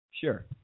Sure